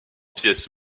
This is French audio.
pièce